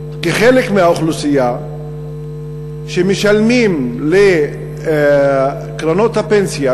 כחלק מהאוכלוסייה שמשלמים לקרנות הפנסיה,